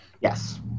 Yes